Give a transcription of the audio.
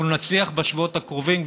אנחנו נצליח בשבועות הקרובים,